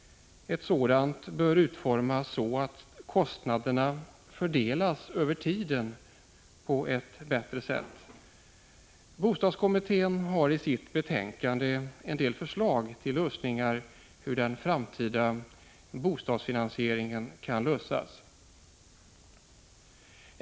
Ett sådant bör utformas så att kostnaderna fördelas över tiden på ett bättre sätt. Bostadskommittén har i sitt betänkande lämnat en del förslag till lösningar när det gäller den framtida bostadsfinansieringen.